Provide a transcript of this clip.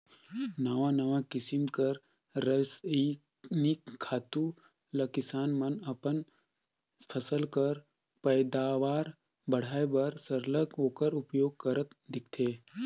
नावा नावा किसिम कर रसइनिक खातू ल किसान मन अपन फसिल कर पएदावार बढ़ाए बर सरलग ओकर उपियोग करत दिखथें